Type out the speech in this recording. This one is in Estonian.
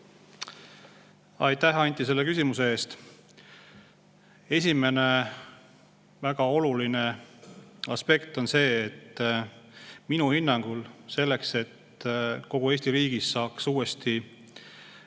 Aitäh, Anti, selle küsimuse eest! Esimene väga oluline aspekt on see, et minu hinnangul selleks, et kogu Eesti riigis saaks uuesti